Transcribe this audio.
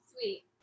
sweet